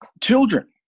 children